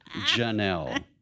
Janelle